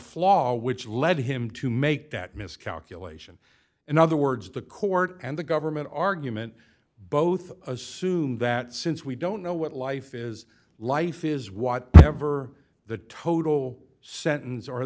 flaw which led him to make that miscalculation in other words the court and the government argument both assumed that since we don't know what life is life is whatever the total sentence or